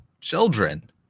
children